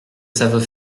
savent